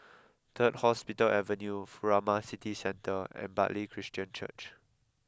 Third Hospital Avenue Furama City Centre and Bartley Christian Church